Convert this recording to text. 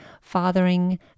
fathering